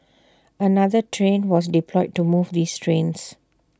another train was deployed to move these trains